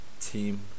team